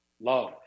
love